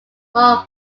more